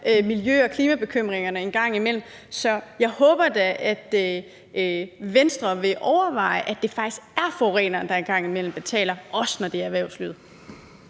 miljø- og klimabekymringerne engang imellem. Så jeg håber da, at Venstre vil overveje, om det faktisk engang imellem skal det være forureneren, der en gang betaler, også når det er erhvervslivet.